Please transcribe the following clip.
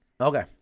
Okay